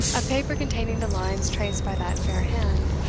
a paper containing the lines traced by that fair hand,